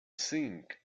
think